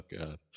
god